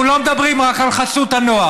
אל תדאג, מי, אנחנו לא מדברים רק על חסות הנוער,